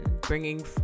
Bringing